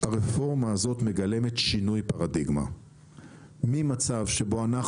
הרפורמה הזאת מגלמת שינוי פרדיגמה ממצב שבו אנחנו